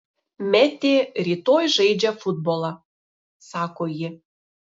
metė rytoj žaidžia futbolą sako ji